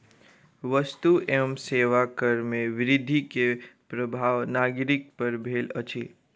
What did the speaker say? वस्तु एवं सेवा कर में वृद्धि के प्रभाव नागरिक पर भेल अछि